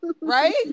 right